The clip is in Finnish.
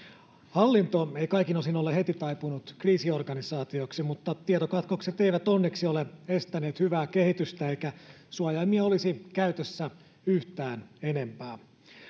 hallinto ei kaikin osin ole heti taipunut kriisiorganisaatioksi mutta tietokatkokset eivät onneksi ole estäneet hyvää kehitystä eikä suojaimia olisi käytössä yhtään enempää